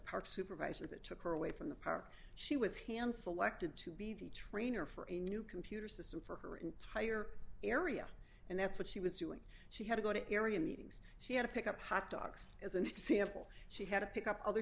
park supervisor that took her away from the park she was hansel acted to be the trainer for a new computer system for her entire area and that's what she was doing she had to go to area meetings she had to pick up hot dogs as an example she had to pick up other